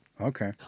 Okay